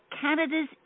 Canada's